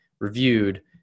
reviewed